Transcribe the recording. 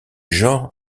genre